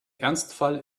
ernstfall